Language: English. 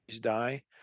die